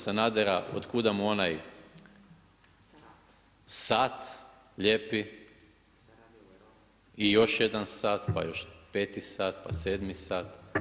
Sanadera otkuda mu onaj sat lijepi i još jedan sat, pa još 5. sat, pa 7. sat.